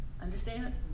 Understand